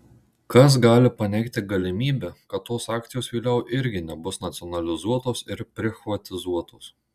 kas gali paneigti galimybę kad tos akcijos vėliau irgi nebus nacionalizuotos ir prichvatizuotos